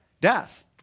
Death